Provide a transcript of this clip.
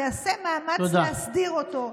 ייעשה מאמץ להסדיר אותו.